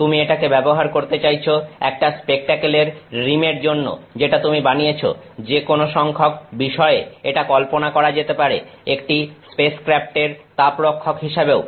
তুমি এটাকে ব্যবহার করতে চাইছ একটা স্পেকটেকল এর রিম এর জন্য যেটা তুমি বানিয়েছ যেকোনো সংখ্যক বিষয়ে এটা কল্পনা করা যেতে পারে একটি স্পেসক্রাফট এর তাপ রক্ষক হিসেবেও